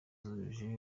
zujuje